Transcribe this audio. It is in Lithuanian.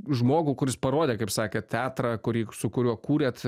žmogų kuris parodė kaip sakėt teatrą kurį su kuriuo kūrėt